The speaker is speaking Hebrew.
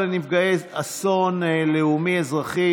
הצעת חוק סיוע לנפגעי אסון לאומי-אזרחי,